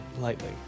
lightly